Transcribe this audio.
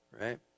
Right